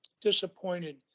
disappointed